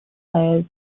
players